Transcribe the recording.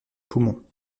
poumons